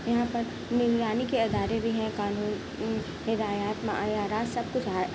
یہاں پر نگرانی کے ادارے بھی ہیں قانون ہدایات معیارات سب کچھ ہے